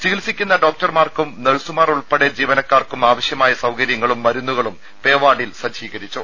ചികിത്സിക്കുന്ന ഡോക്ടർമാർക്കും നഴ്സുമാർ ഉൾപ്പെടെ ജീവനക്കാർക്കും ആവശ്യമായ സൌകര്യങ്ങളും മരുന്നുകളും പേവാർഡിൽ സജ്ജീകരിച്ചു